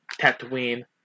Tatooine